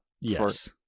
Yes